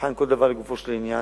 נבחן כל דבר לגופו של עניין,